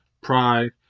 pride